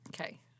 Okay